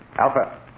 Alpha